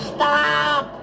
Stop